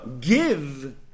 give